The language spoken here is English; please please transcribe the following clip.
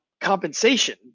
compensation